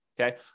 Okay